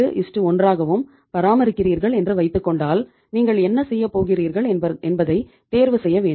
81ராகவும் பராமரிக்கிறீர்கள் என்று வைத்துக்கொண்டால் நீங்கள் என்ன செய்யப் போகிறீர்கள் என்பதை தேர்வு செய்ய வேண்டும்